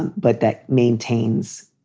but that maintains